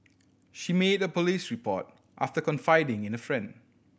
she made a police report after confiding in a friend